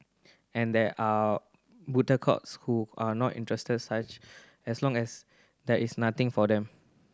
and there are who are not interested such as long as there is nothing for them